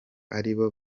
aribo